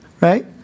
Right